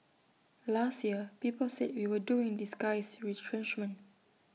last year people said we were doing disguised retrenchment